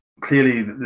Clearly